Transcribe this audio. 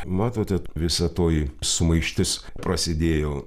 matote visa toji sumaištis prasidėjo